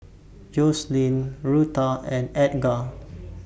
Joslyn Rutha and Edgar